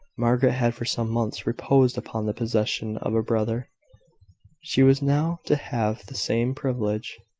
margaret had for some months reposed upon the possession of a brother she was now to have the same privilege.